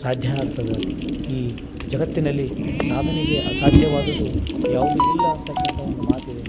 ಸಾಧ್ಯ ಆಗ್ತದೆ ಈ ಜಗತ್ತಿನಲ್ಲಿ ಸಾಧನೆಗೆ ಅಸಾಧ್ಯವಾದುದು ಯಾವುದೂ ಇಲ್ಲ ಅಂತಕ್ಕಂಥ ಒಂದು ಮಾತಿದೆ